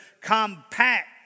compact